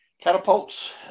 Catapults